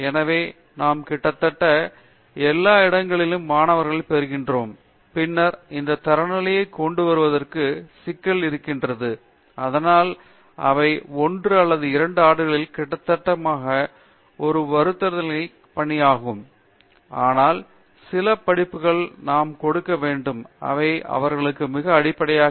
எனவே நாம் கிட்டத்தட்ட எல்லா இடங்களிலிருந்தும் மாணவர்களைப் பெறுகிறோம் பின்னர் அந்த தரநிலையை கொண்டு வருவதற்கான சிக்கல் இருக்கிறது அதனால் அவை 1 அல்லது 2 ஆண்டுகளில் கிட்டத்தட்ட சமமாக இருக்கும் அது ஒரு வருடத்தில்மகத்தான பணியாகும் ஆனால் சில படிப்புகளை நாம் கொடுக்க வேண்டும் அவை அவர்களுக்கு மிக அடிப்படையாக இருக்கும்